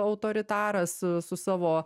autoritaras su su savo